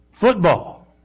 Football